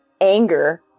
anger